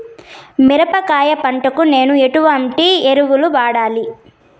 బీరకాయ పంటకు నేను ఎట్లాంటి ఎరువులు వాడాలి?